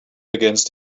against